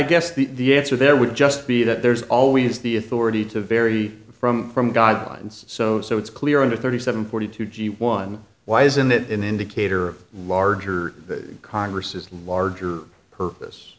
guess the answer there would just be that there's always the authority to vary from from guidelines so so it's clear on the thirty seven forty two g one why isn't that an indicator of larger congress's larger purpose